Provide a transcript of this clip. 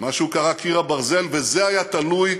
מה שהוא קרא "קיר הברזל", וזה היה תלוי